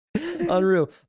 Unreal